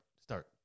start